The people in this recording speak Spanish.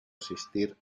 asistir